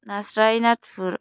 नास्राइ नाथुर